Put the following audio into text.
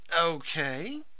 Okay